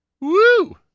Woo